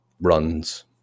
runs